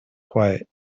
quiet